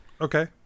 Okay